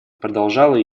продолжала